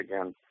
again